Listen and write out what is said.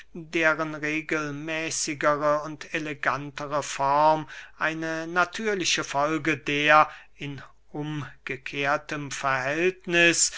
deren regelmäßigere und elegantere form eine natürliche folge der in umgekehrtem verhältniß